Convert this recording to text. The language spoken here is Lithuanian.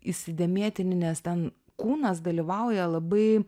įsidėmėtini nes ten kūnas dalyvauja labai